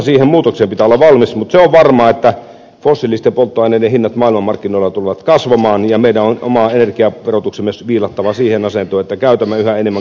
se on varmaa että fossiilisten polttoaineiden hinnat maailmanmarkkinoilla tulevat kasvamaan ja meidän on oma energiaverotuksemme viilattava siihen asentoon että käytämme yhä enemmän kotimaista